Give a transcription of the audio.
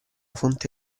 fonte